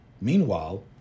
Meanwhile